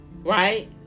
right